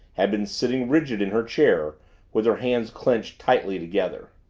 had been sitting rigid in her chair with her hands clenched tightly together.